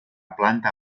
planta